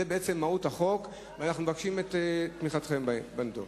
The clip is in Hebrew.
זו מהות החוק, ואנחנו מבקשים את תמיכתכם בו.